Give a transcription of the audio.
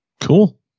Cool